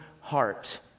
heart